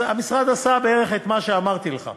המשרד עשה בערך את מה שאמרתי לך.